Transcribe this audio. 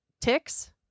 ticks